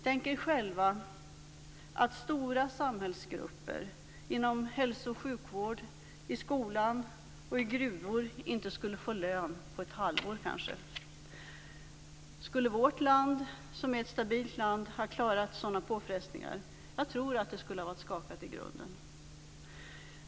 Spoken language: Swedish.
Tänk er själva att stora samhällsgrupper inom hälso och sjukvård, i skolan och i gruvor inte skulle få lön på kanske ett halvår. Skulle vårt land, som är ett stabilt land, ha klarat sådana påfrestningar? Jag tror att det skulle ha varit skakat i grunden.